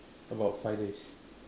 about five days